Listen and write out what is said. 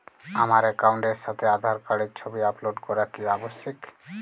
আমার অ্যাকাউন্টের সাথে আধার কার্ডের ছবি আপলোড করা কি আবশ্যিক?